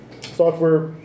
software